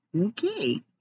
Okay